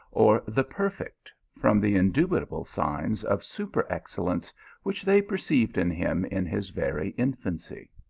or the perfect, from the indubitable signs of super-excel lence which they perceived in him in his very infancy.